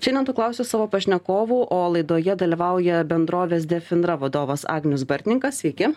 šiandien to klausiu savo pašnekovų o laidoje dalyvauja bendrovės defindra vadovas agnius bartninkas sveiki